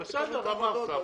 בסדר, אמרת.